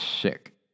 sick